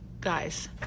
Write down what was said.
guys